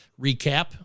recap